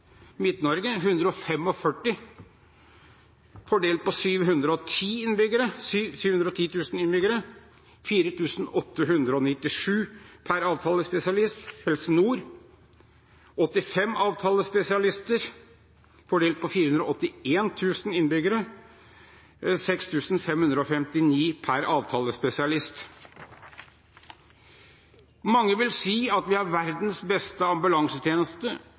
fordelt på 710 000 innbyggere, dvs. 4 897 per avtalespesialist. Helse Nord har 85 avtalespesialister fordelt på 481 000 innbyggere, dvs. 6 559 per avtalespesialist. Mange vil si at vi har verdens beste ambulansetjeneste: